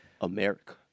America